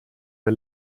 der